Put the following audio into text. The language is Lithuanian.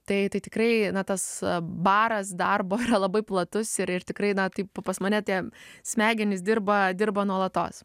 tai tai tikrai na tas baras darbo labai platus ir ir tikrai na taip pas mane tie smegenys dirba dirba nuolatos